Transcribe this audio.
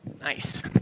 Nice